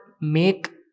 make